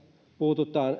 puututaan